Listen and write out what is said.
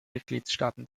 mitgliedstaaten